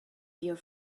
your